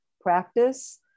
practice